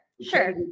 sure